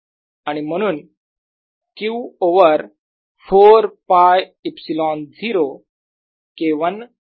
आणि म्हणून Q over 4π ε0 K 1 over r